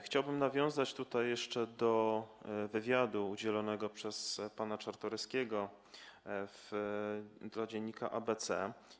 Chciałbym nawiązać tutaj jeszcze do wywiadu udzielonego przez pana Czartoryskiego dziennikowi „ABC”